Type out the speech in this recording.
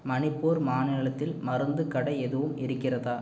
மணிப்பூர் மாநிலத்தில் மருந்துக் கடை எதுவும் இருக்கிறதா